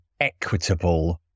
equitable